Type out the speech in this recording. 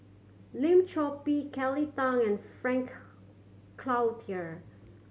Lim Chor Pee Kelly Tang and Frank Cloutier